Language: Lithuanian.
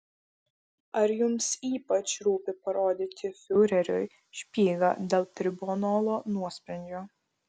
ar jums ypač rūpi parodyti fiureriui špygą dėl tribunolo nuosprendžio